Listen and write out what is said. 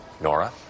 Nora